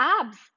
abs